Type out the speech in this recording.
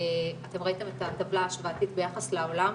אתם ראיתם את הטבלה ההשוואתית ביחס לעולם,